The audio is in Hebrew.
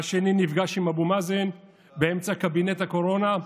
השני נפגש עם אבו מאזן באמצע קבינט הקורונה,